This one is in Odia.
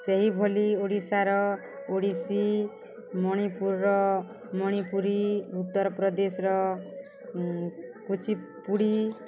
ସେହିଭଲି ଓଡ଼ିଶାର ଓଡ଼ିଶୀ ମଣିପୁରର ମଣିପୁରୀ ଉତ୍ତରପ୍ରଦେଶର କୁଚିପୁଡ଼ି